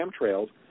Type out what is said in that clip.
chemtrails